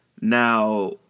Now